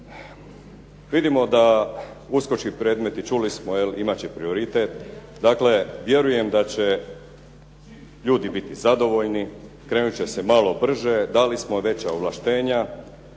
Vidimo da uskočki predmeti, čuli smo imati će prioritet. Dakle, vjerujem da će ljudi biti zadovoljni, krenuti će se malo brže, dali smo veća ovlaštenja